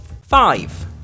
Five